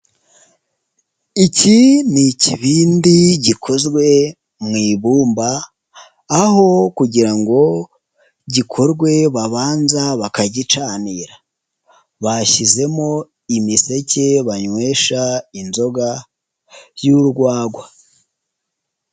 Iki ni ikibindi gikozwe mu ibumba, aho kugira ngo gikorwe babanza bakagicanira, bashyizemo imiseke banywesha inzoga y'urwagwa.